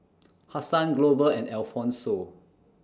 Hassan Glover and Alfonso